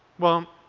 well,